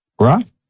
Right